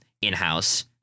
in-house